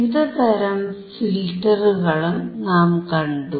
വിവിധ തരം ഫിൽറ്ററുകളും നാം കണ്ടു